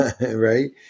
right